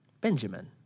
Benjamin